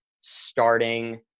starting